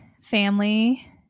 family